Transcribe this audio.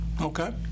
Okay